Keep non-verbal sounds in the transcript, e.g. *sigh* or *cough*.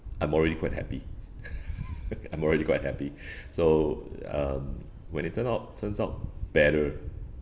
I'm already quite happy *laughs* I'm already quite happy so um when it turn out turns out better